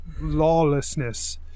lawlessness